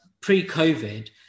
Pre-COVID